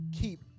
keep